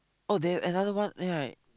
oh they have another one right